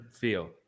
feel